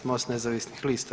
MOST nezavisnih lista.